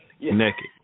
Naked